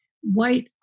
white